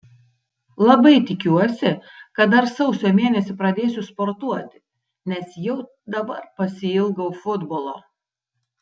labai tikiuosi kad dar sausio mėnesį pradėsiu sportuoti nes jau dabar pasiilgau futbolo